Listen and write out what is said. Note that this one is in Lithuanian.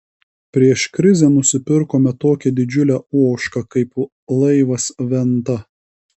prieš krizę nusipirkome tokią didžiulę ožką kaip laivas venta